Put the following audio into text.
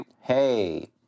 Hey